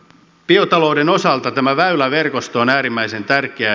biotalouden osalta tämä väyläverkosto on äärimmäisen tärkeä